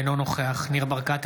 אינו נוכח ניר ברקת,